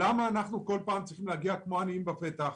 למה אנחנו צריכים להגיע בכל פעם כמו עניים על סף הדלת.